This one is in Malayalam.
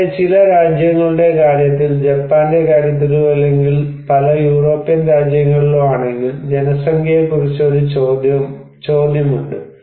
കൂടാതെ ചില രാജ്യങ്ങളുടെ കാര്യത്തിൽ ജപ്പാന്റെ കാര്യത്തിലോ അല്ലെങ്കിൽ പല യൂറോപ്യൻ രാജ്യങ്ങളിലോ ആണെങ്കിൽ ജനസംഖ്യയെക്കുറിച്ച് ഒരു ചോദ്യമുണ്ട്